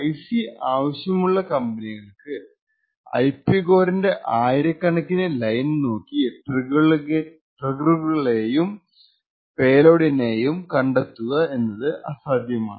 IC ആവശ്യമുള്ള കമ്പനികൾക്ക് IP കോറിന്റെ ആയിരകണക്കിന് ലൈൻ നോക്കി ട്രിഗറുകളെയും പെലോഡിനെയും കണ്ടെത്തുക എന്നത് അസാധ്യമാണ്